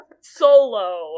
solo